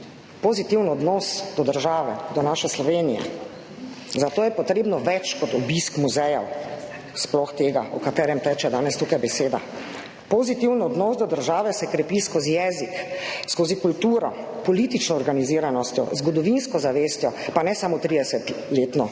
pozitiven odnos do države, do naše Slovenije? Za to je potrebno več kot obisk muzejev, sploh tega, o katerem teče danes tukaj beseda. Pozitiven odnos do države se krepi skozi jezik, skozi kulturo, politično organiziranost, zgodovinsko zavest, pa ne samo 30-letno,